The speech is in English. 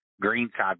Greenside